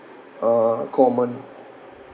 uh common